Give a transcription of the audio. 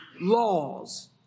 laws